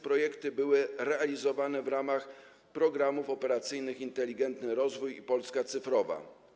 Projekty były realizowane w ramach programów operacyjnych „Inteligentny Rozwój” i „Polska Cyfrowa”